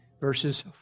verses